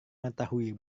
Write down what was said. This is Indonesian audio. mengetahui